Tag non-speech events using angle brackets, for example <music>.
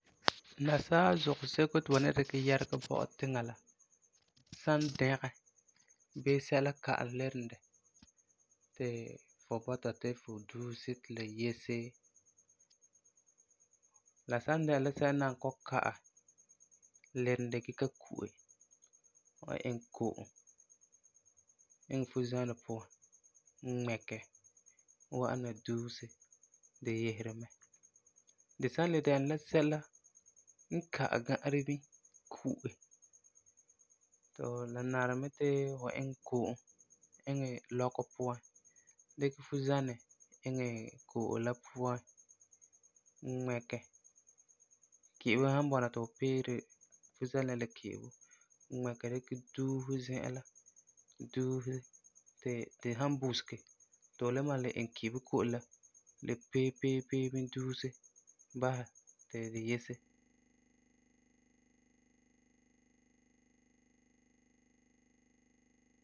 <noise> Nasaa zuŋɔ seko ti ba dikɛ yɛregɛ bɔ'ɔ tiŋa la san dɛgɛ bii sɛla san ka'ɛ lirum dɔ ti fu bɔta ti fu duuse ti la yese, la san dɛna la sɛla n nan kɔ'ɔm ka'ɛ lirum gee ka ku'e, fu wan iŋɛ ko'om iŋɛ fuzanɛ puan, ŋmɛkɛ wa'am na duuse di yeseri mɛ. Di san le dɛna la sɛla n ka'ɛ ga'arɛ bini ku'e, ti, la nari mɛ ti fu iŋɛ ko'om iŋɛ lɔkɔ puan, dikɛ fuzanɛ iŋɛ ko'om la puan, ŋmɛkɛ, ki'ibo san bɔna ti fu pee di, fuzanɛ la n la ki'ibo ŋmɛkɛ, dikɛ duuse zi'an la, duuse ti la san busege ti fu le malum iŋɛ ki'ibo ko'om la le pee pee pee bini duuse basɛ ti bu yese.